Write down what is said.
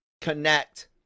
connect